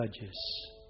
judges